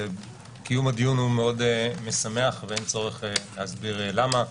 קיום הדיון הוא מאוד משמח ואין צורך להסביר למה.